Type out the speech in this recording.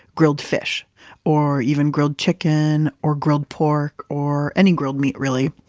grilled fish or even grilled chicken, or grilled pork, or any grilled meat, really,